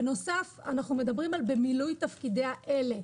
בנוסף, אנחנו מדברים על "במילוי תפקידיה אלה",